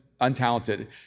untalented